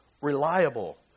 reliable